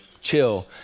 chill